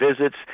visits